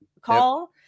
Call